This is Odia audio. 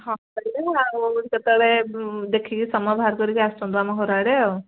ଲଗେଇ ଚାଲିଯିବୁ ଆଉ କେତେବେଳେ ଦେଖିକି ସମୟ ବାହାରକରିକି ଆସନ୍ତୁ ଆମ ଘରଆଡ଼େ ଆଉ